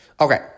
Okay